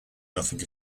nothing